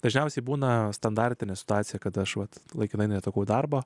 dažniausiai būna standartinė situacija kad aš vat laikinai netekau darbo